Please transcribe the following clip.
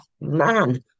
man